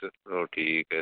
चलो ठीक है